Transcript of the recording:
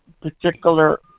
particular